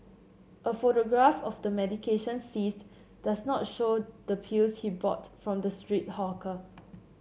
a photograph of the medication seized does not show the pills he bought from the street hawker